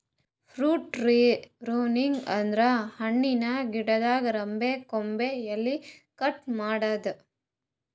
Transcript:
fruit tree pruning ಅಂದ್ರ ಹಣ್ಣಿನ್ ಗಿಡದ್ ರೆಂಬೆ ಕೊಂಬೆ ಎಲಿ ಕಟ್ ಮಾಡದ್ದ್